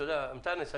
אנטנס,